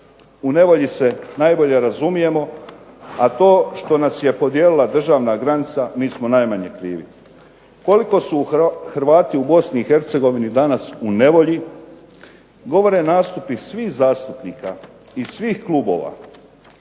u nevolji se najbolje razumijemo. A to što nas je podijelila državna granica mi smo najmanje krivi. Koliko su Hrvati u Bosni i Hercegovini danas u nevolji govore nastupi svih zastupnika i svih klubova